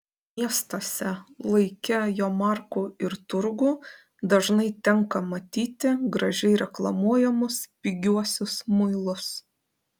miestuose laike jomarkų ir turgų dažnai tenka matyti gražiai reklamuojamus pigiuosius muilus